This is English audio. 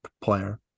player